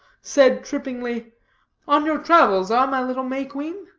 said, trippingly on your travels, ah, my little may queen?